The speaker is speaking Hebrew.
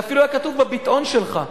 זה אפילו היה כתוב בביטאון שלך,